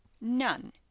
None